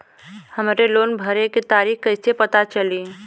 हमरे लोन भरे के तारीख कईसे पता चली?